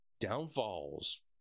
downfalls